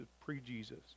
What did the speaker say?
pre-Jesus